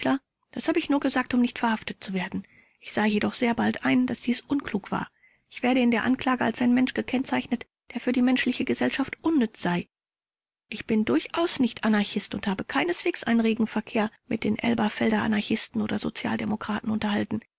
das habe ich nur gesagt um nicht verhaftet zu werden ich sah jedoch sehr bald ein daß dies unklug war ich werde in der anklage als ein mensch gekennzeichnet der für die menschliche gesellschaft unnütz sei ich bin durchaus nicht anarchist und habe keineswegs einen regen verkehr mit den elberfelder anarchisten oder sozialdemokraten unterhalten